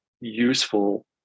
useful